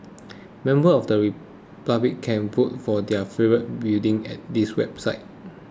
members of the public can vote for their favourite building at this website